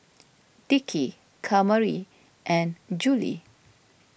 Dickie Kamari and Juli